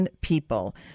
people